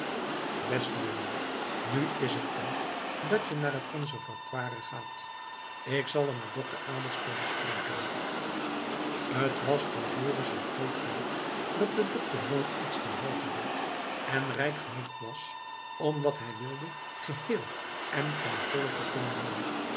beste jongen nu is het tijd dat je naar het conservatoire gaat ik zal er met dokter abels over spreken t was voor dorus een groot geluk dat de dokter nooit iets ten halve deed en rijk genoeg was om wat hij wilde geheel en ten volle te kunnen doen